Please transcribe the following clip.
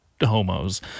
homos